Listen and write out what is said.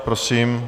Prosím.